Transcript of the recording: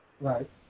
Right